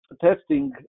testing